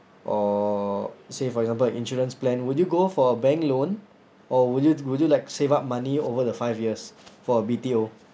or say for example insurance plan would you go for a bank loan or would you would you like save up money over the five years for B_T_O